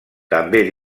també